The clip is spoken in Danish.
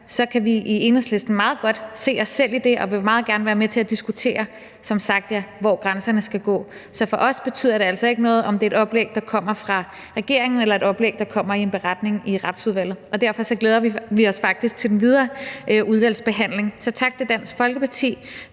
kan vi i Enhedslisten meget godt se os selv i det og vil som sagt meget gerne være med til at diskutere, hvor grænserne skal gå. Så for os betyder det altså ikke noget, om det er et oplæg, der kommer fra regeringen, eller et oplæg, der kommer i en beretning i Retsudvalget, og derfor glæder vi os faktisk til den videre udvalgsbehandling. Så tak til Dansk Folkeparti